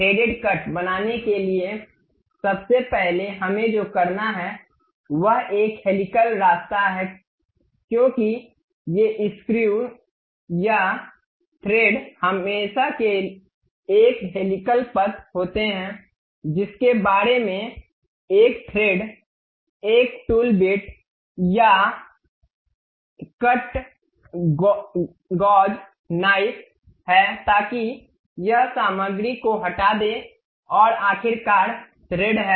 thread cut बनाने के लिए सबसे पहले हमें जो करना है वह एक हेलिकल रास्ता है क्योंकि ये स्क्रू या धागे हमेशा एक हेलिकल पथ होते हैं जिसके बारे में एक थ्रेड एक टूल बिट या कट गोज़ नाइफ है ताकि यह सामग्री को हटा दे और आखिरकार थ्रेड है